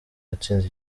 watsinze